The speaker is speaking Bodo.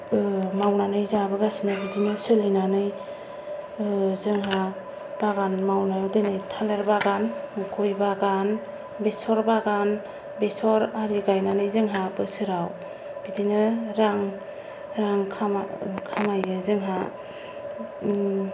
मावनानै जाबोगासिनो बिदिनो सोलिनानै जोंहा बागान मावनाय बिदिनो थालिर बागान गय बागान बेसर बागान बेसर आरि गायनानै जोंहा बोसोराव बिदिनो रां रां खामाय खामायो जोंहा